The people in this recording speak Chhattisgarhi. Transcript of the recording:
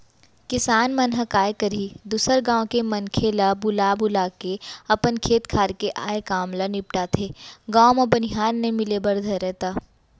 किसान मन ह काय करही दूसर गाँव के मनखे मन ल बुला बुलाके अपन खेत खार के आय काम ल निपटाथे, गाँव म बनिहार नइ मिले बर धरय त